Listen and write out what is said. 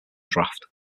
draft